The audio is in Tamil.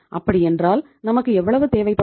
அப்படி என்றால் நமக்கு எவ்வளவு தேவைப்படும்